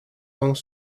pont